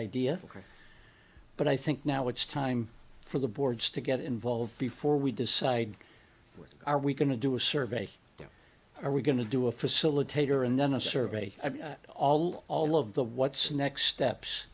idea but i think now it's time for the boards to get involved before we decide are we going to do a survey there are we going to do a facilitator and then a survey of all all of the what's next steps